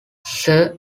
sir